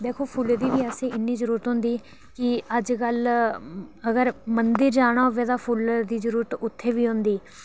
दिक्खो फुल्लें दी बी असें इन्नी जरूरत होंदी की अज्जकल अगर मंदिर जाना होऐ तां फुल्लें दी जरूरत उत्थै बी होंदी